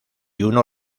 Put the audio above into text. uno